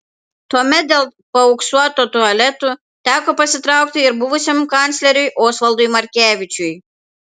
tuomet dėl paauksuotų tualetų teko pasitraukti ir buvusiam kancleriui osvaldui markevičiui